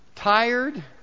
tired